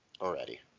already